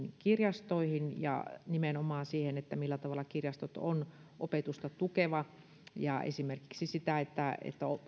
kirjastoihin ja nimenomaan siihen millä tavalla kirjastot tukevat opetusta ja esimerkiksi sitä että